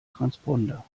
transponder